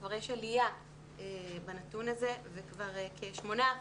כבר יש עלייה בנתון הזה, וכבר כ-8%